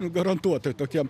garantuotai tokiem